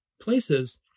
places